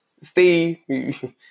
Steve